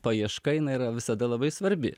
paieška jinai yra visada labai svarbi